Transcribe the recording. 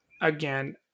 again